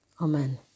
amen